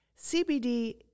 CBD